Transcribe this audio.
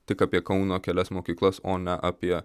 tik apie kauno kelias mokyklas o ne apie